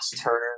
Turner